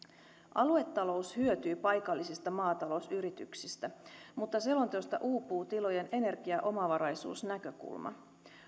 aluetalous hyötyy paikallisista maatalousyrityksistä mutta selonteosta uupuu tilojen energiaomavaraisuusnäkökulma